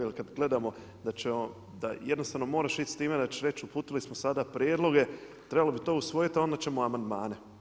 Jer kada gledamo da ćemo, da jednostavno moraš ići s time da ćeš reći uputili smo sada prijedloge, trebalo bi to usvojiti a onda ćemo amandmane.